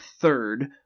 third